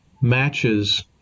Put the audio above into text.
matches